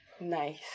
nice